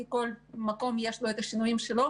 כי כל מקום יש לו את השינויים שלו